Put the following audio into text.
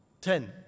ten